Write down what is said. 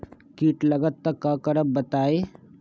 कीट लगत त क करब बताई?